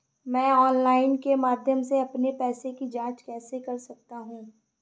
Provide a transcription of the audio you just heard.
मैं ऑनलाइन के माध्यम से अपने पैसे की जाँच कैसे कर सकता हूँ?